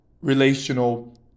relational